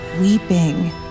weeping